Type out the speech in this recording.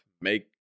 make